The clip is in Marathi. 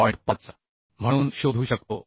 5 म्हणून शोधू शकतो